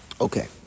Okay